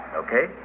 okay